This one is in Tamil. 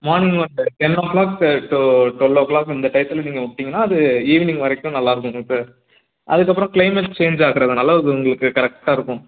மார்னிங் வந்து ten o'clock to twelve o'clock இந்த டயத்தில் நீங்கள் விட்டீங்கன்னா அது ஈவ்னிங் வரைக்கும் நல்லாயிருக்குங்க சார் அதுக்கப்புறம் க்ளைமேட் சேஞ்ச் ஆகிறதுனால அது உங்களுக்கு கரெக்டாக இருக்கும்